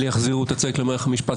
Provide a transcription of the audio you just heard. אלה יחזירו את הצדק למערכת המשפט?